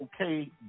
okay